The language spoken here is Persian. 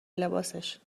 لباسش